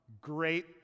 great